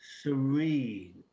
Serene